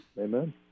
Amen